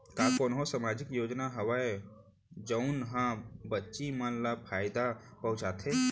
का कोनहो सामाजिक योजना हावय जऊन हा बच्ची मन ला फायेदा पहुचाथे?